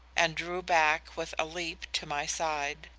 and drew back with a leap to my side.